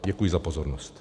Děkuji za pozornost.